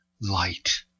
light